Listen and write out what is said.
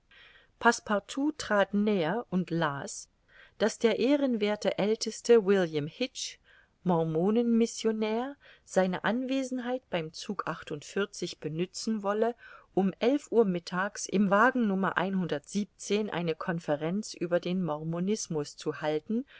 passepartout trat näher und las daß der ehrenwerthe aelteste william hitch mormonen missionär seine anwesenheit beim zu benützen wolle um elf uhr mittags im wagen eine conferenz über den mormonismus zu halten